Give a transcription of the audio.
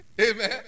Amen